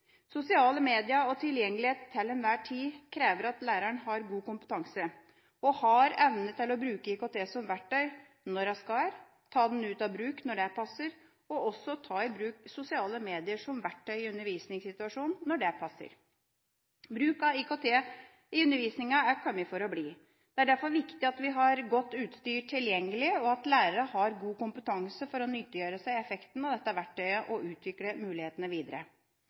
Sosiale media og tilgjengelighet til enhver tid krever at læreren har god kompetanse og evne til å bruke IKT som verktøy når hun skal, ta den ut av bruk når det passer, og også ta i bruk sosiale medier som verktøy i undervisningssituasjonen når det passer. Bruk av IKT i undervisningen er kommet for å bli. Det er derfor viktig at vi har godt utstyr tilgjengelig, og at lærerne har god kompetanse for å nyttiggjøre seg effektene av dette verktøyet og utvikle mulighetene videre.